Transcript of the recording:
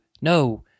no